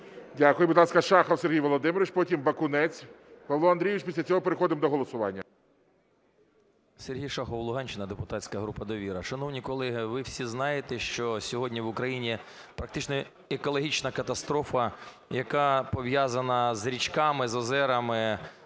Дякую. Будь ласка, Шахов Сергій Володимирович. Потім Бакунець Павло Андрійович. Після цього переходимо до голосування. 14:02:25 ШАХОВ С.В. Сергій Шахов, Луганщина, депутатська група "Довіра". Шановні колеги, ви всі знаєте, що сьогодні в Україні практично екологічна катастрофа, яка пов'язана з річками, з озерами,